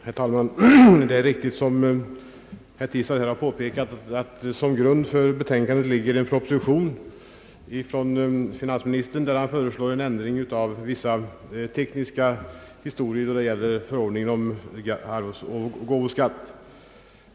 Herr talman! Det är riktigt, som herr Tistad påpekar, att som grund för betänkandet ligger en proposition ifrån finansministern, där han föreslår en ändring av vissa tekniska ting i förordningen om arvsoch gåvoskatt.